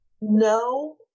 No